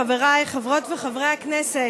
חבריי חברות וחברי הכנסת,